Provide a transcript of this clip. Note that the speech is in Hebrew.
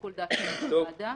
לשיקול דעתה של הוועדה.